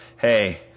Hey